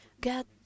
god